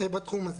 בתחום הזה.